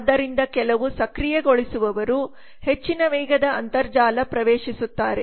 ಆದ್ದರಿಂದ ಕೆಲವು ಸಕ್ರಿಯಗೊಳಿಸುವವರು ಹೆಚ್ಚಿನ ವೇಗದ ಅಂತರ್ಜಾಲ ಪ್ರವೇಶಿಸುತ್ತಾರೆ